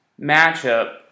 matchup